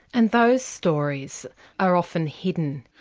and those stories are often hidden.